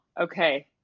Okay